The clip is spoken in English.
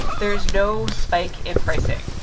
there is no spike in pricing.